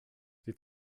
sie